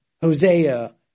Hosea